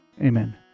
Amen